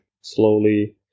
slowly